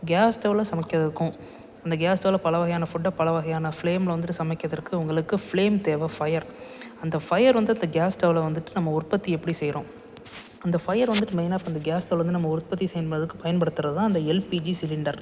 case ஸ்டவ்வில் சமைக்கிறதுக்கும் அந்த கேஸ் ஸ்டவ்வில் பல வகையான ஃபுட்டை பல வகையான ஃப்ளேமில் வந்துட்டு சமைக்கிறதற்கு உங்களுக்கு ஃப்ளேம் தேவை ஃபயர் அந்த ஃபயர் வந்து அந்த கேஸ் ஸ்டவ்வில் வந்துட்டு நம்ம உற்பத்தி எப்படி செய்கிறோம் அந்த ஃபயர் வந்துட்டு மெய்னாக இப்போ அந்த கேஸ் ஸ்டவ்லேருந்து நம்ம உற்பத்தி செய்வதற்கு பயன்படுத்துகிறதுதான் அந்த எல்பிஜி சிலிண்டர்